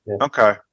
Okay